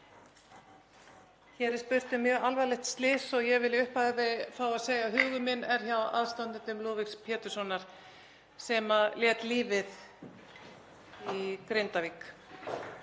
Hér er spurt um mjög alvarlegt slys og ég vil í upphafi fá að segja að hugur minn er hjá aðstandendum Lúðvíks Péturssonar sem lét lífið í Grindavík.